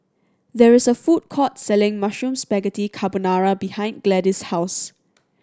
there is a food court selling Mushroom Spaghetti Carbonara behind Gladis' house